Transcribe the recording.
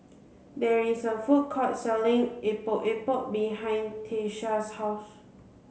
there is a food court selling Epok Epok behind Tyesha's house